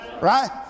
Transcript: right